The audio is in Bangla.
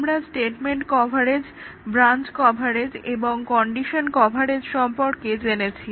আমরা স্টেটমেন্ট কভারেজ ব্রাঞ্চ কভারেজ এবং কন্ডিশন কভারেজ সম্পর্কে জেনেছি